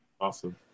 Awesome